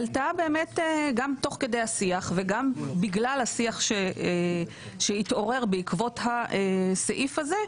גם תוך כדי השיח וגם בגלל השיח שהתעורר בעקבות הסעיף הזה,